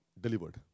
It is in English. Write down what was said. delivered